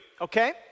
okay